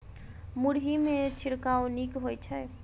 मुरई मे छिड़काव नीक होइ छै?